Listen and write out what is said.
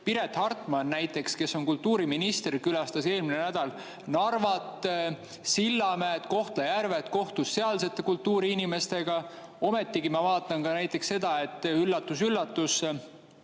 Piret Hartman, kes on kultuuriminister, külastas eelmine nädal Narvat, Sillamäed, Kohtla-Järvet ja kohtus sealsete kultuuriinimestega. Ometigi ma vaatan ka seda, et üllatus-üllatus